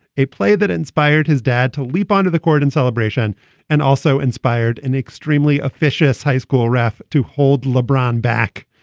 a play that inspired his dad to leap onto the court in celebration and also inspired an extremely officious high school ref to hold lebron back.